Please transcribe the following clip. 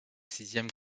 sixième